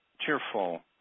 cheerful